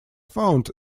found